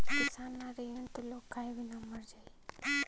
किसान ना रहीहन त लोग खाए बिना मर जाई